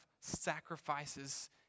sacrifices